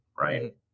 Right